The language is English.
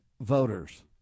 voters